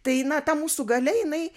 tai na ta mūsų galia jinai